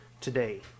today